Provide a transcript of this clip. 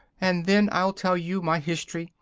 and then i'll tell you my history,